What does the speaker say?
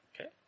Okay